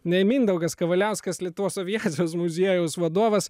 ne mindaugas kavaliauskas lietuvos aviacijos muziejaus vadovas